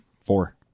Four